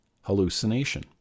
Hallucination